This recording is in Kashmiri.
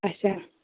اَچھا